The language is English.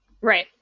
Right